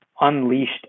unleashed